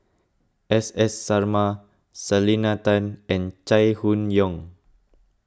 S S Sarma Selena Tan and Chai Hon Yoong